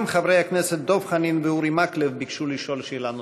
גם חברי הכנסת דב חנין ואורי מקלב ביקשו לשאול שאלה נוספת.